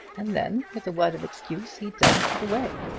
and then, with a word of excuse, he darted away.